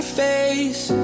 face